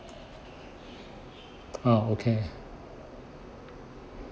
uh okay